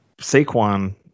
Saquon